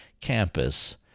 campus